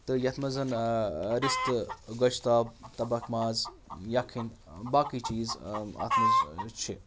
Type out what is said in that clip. تہٕ یتھ منٛز زَن رِستہٕ گۄشتاب تَبکھ ماز یکٕھنۍ باقٕے چیٖز اتھ منٛز چھِ